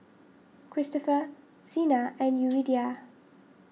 Christopher Zina and Yuridia